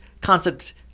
concept